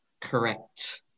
Correct